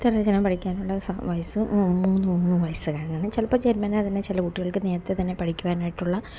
ചിത്രരചന പഠിക്കാനുള്ള വയസ്സ് മൂന്ന് വയസ്സിലാണ് ചിലപ്പോള് ജന്മനാതന്നെ ചില കുട്ടികൾക്ക് നേരത്തെ തന്നെ പഠിക്കുവാനായിട്ടുള്ള